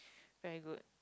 very good